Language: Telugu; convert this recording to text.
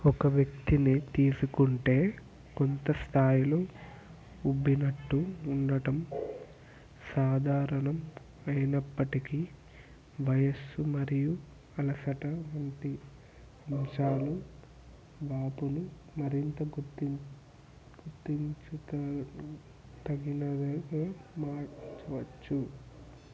ఒక వ్యక్తిని తీసుకుంటే కొంత స్థాయిలో ఉబ్బినట్టు ఉండటం సాధారణం అయినప్పటికీ వయస్సు మరియు అలసట వంటి అంశాలు వాపును మరింత గుర్తిం గుర్తించు త తగినదిగా మార్చవచ్చు